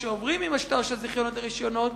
כשעוברים ממשטר של זיכיונות לרשיונות,